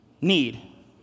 need